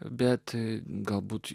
bet galbūt